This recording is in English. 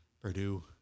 Purdue